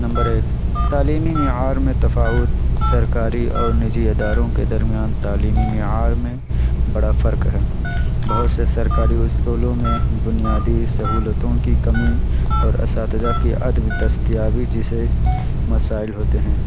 number ایک تعلیمی معیار میں تفاوت سرکاری اور نجی اداروں کے درمیان تعلیمی معیار میں بڑا فرق ہے بہت سے سرکاری اسکولوں میں بنیادی سہولتوں کی کمی اور اساتذہ کی عدم دستیابی جسے مسائل ہوتے ہیں